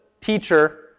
teacher